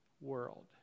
world